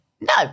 No